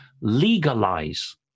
legalize